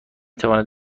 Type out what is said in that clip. تواند